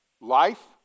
Life